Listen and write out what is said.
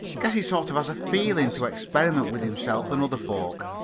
guess he sort of has a feelin' to experiment with himself and other folks.